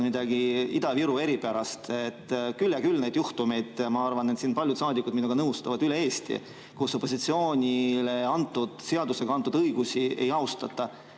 midagi Ida-Virule eripärast. Küll ja küll on neid juhtumeid – ma arvan, et siin paljud saadikud minuga nõustuvad – üle Eesti, kui opositsioonile seadusega antud õigusi ei austata. Te